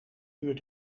uur